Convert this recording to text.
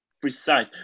precise